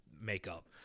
makeup